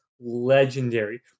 legendary